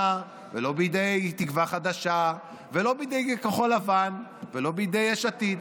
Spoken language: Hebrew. ולא בידי תקווה חדשה ולא בידי כחול לבן ולא בידי יש עתיד,